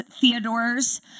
Theodore's